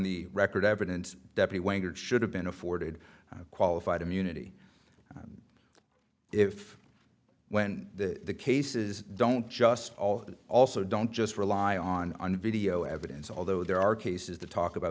the record evidence should have been afforded qualified immunity if when the cases don't just all also don't just rely on on video evidence although there are cases the talk about